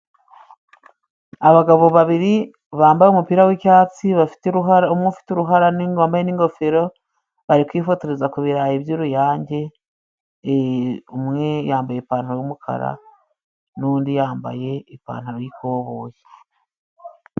Abagabo babiri bambaye umupira w'icyatsi bafite uruhara, umwe ufite uruhara wambaye n'ingofero bari kwifotoza ku birayi by'uruyange. Umwe yambaye ipantaro yumukara nundi yambaye ipantaro y' ikoboyi.